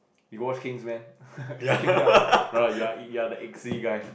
you watch Kingsman ya brother you're you're the Eggsy guy